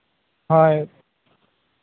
ᱦᱳᱭ